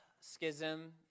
schism